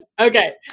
Okay